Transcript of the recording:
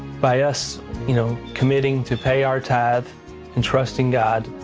by us you know committing to pay our tithe and trusting god,